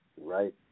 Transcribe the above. right